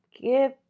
Give